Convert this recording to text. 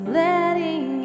letting